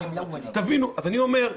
אז אני אומר,